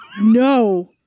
No